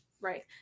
Right